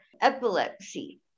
epilepsy